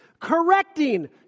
correcting